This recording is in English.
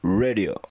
radio